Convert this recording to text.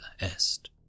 est